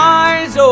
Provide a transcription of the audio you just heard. eyes